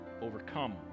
overcome